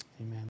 amen